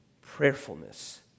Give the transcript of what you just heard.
prayerfulness